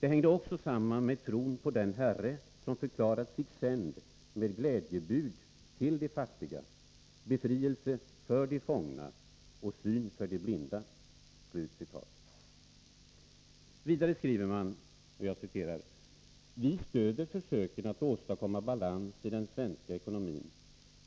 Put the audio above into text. Det hängde också samman med tron på den Herre som förklarat sig sänd med glädjebud till de fattiga, befrielse för de fångna och syn för de blinda.” Vidare skriver man; ”Vi stöder försöken att åstadkomma balans i den svenska ekonomin